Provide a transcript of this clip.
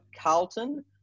Carlton